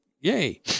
yay